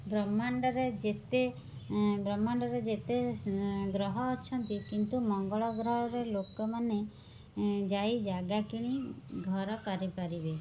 ବ୍ରହ୍ମାଣ୍ଡରେ ଯେତେ ବ୍ରହ୍ମାଣ୍ଡରେ ଯେତେ ଗ୍ରହ ଅଛନ୍ତି କିନ୍ତୁ ମଙ୍ଗଳ ଗ୍ରହରେ ଲୋକମାନେ ଯାଇ ଜାଗା କିଣି ଘର କରିପାରିବେ